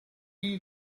you